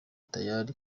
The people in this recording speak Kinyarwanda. tayali